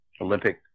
Olympic